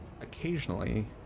occasionally